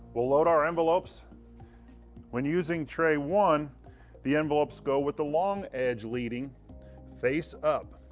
we'll load our envelopes when using tray one the envelopes go with the long edge leading face up